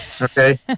okay